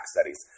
studies